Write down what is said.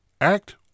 act